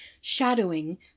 shadowing